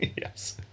Yes